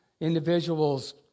individuals